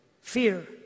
Fear